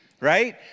right